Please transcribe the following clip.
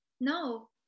no